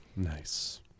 Nice